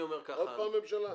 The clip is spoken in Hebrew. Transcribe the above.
עוד פעם הממשלה?